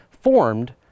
formed